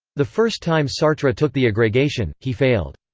the first time sartre took the agregation, he failed.